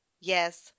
yes